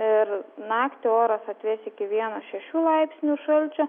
ir naktį oras atvės iki vieno šešių laipsnių šalčio